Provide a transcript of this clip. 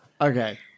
Okay